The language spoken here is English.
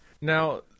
Now